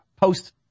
post